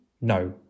no